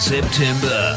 September